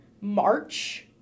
March